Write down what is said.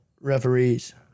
referees